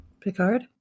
Picard